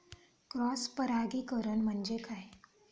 Cross परागीकरण म्हणजे काय?